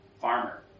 farmer